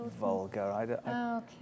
vulgar